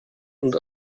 und